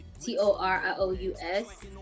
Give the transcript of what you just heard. T-O-R-I-O-U-S